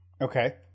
Okay